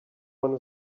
one